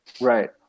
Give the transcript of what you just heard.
Right